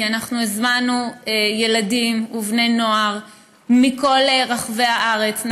כי אנחנו הזמנו ילדים ובני נוער מכל רחבי הארץ,